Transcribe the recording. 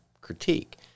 critique